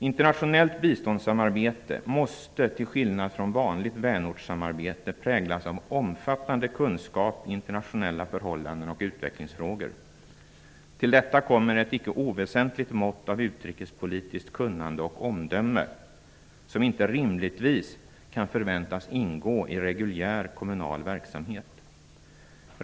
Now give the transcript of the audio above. Internationellt biståndssamarbete måste till skillnad från vanligt vänortssamarbete präglas av omfattande kunskap i internationella förhållanden och utvecklingsfrågor. Till detta kommer ett icke oväsentligt mått av utrikespolitiskt kunnande och omdöme, som inte rimligtvis kan förväntas ingå i reguljär kommunal verksamhet.